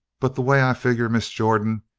but the way i figure, miss jordan,